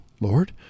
Lord